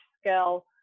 scale